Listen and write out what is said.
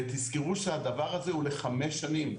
ותזכרו שהדבר הזה הוא לחמש שנים,